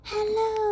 Hello